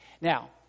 Now